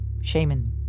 Shaman